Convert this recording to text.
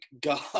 god